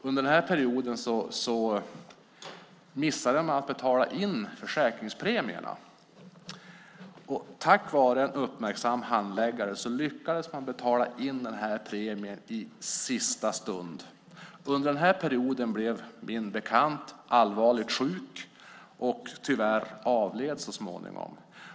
Under den här perioden missade man att betala in försäkringspremierna. Tack vare en uppmärksam handläggare lyckades man betala in premien i sista stund. Under den här perioden blev min bekant allvarlig sjuk och avled tyvärr så småningom.